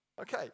Okay